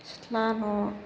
सिथ्ला न'